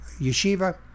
yeshiva